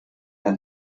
der